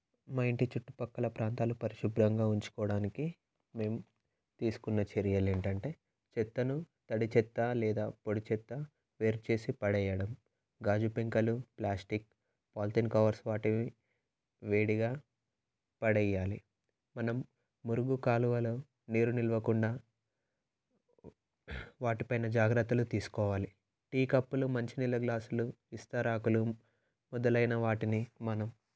మా ఇంటి చుట్టుపక్కల ప్రాంతాలు పరిశుభ్రంగా ఉంచుకోవడానికి మేము తీసుకున్న చర్యలు ఏంటంటే చెత్తను తడి చెత్త లేదా పొడి చెత్త వేరు చేసి పడేయడం గాజు పెంకలు ప్లాస్టిక్ పాలిథిన్ కవర్స్ వాటివి వేడిగా పడేయాలి మనం మురుగు కాలువలో నీరు నిలవకుండా వాటిపైన జాగ్రత్తలు తీసుకోవాలి టీ కప్పులు మంచినీళ్ళ గ్లాసులు ఇస్తరాకులు మొదలైన వాటిని మనం